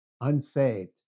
unsaved